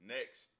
Next